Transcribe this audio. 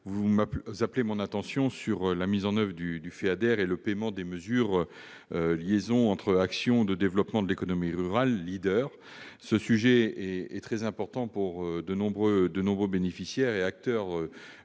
vous appelez mon attention sur la mise en oeuvre du FEADER et le paiement des aides de la mesure LEADER- Liaison entre actions de développement de l'économie rurale. Ce sujet est très important pour de nombreux bénéficiaires et acteurs